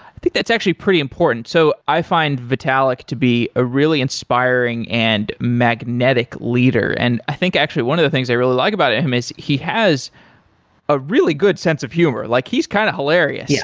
i think that's actually pretty important. so i find vitalik to be a really inspiring and magnetic leader, and i think actually one of the things i really like about him is he has a really good sense of humor. like he's kind of hilarious. yeah